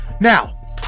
Now